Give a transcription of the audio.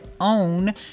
own